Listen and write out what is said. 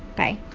bye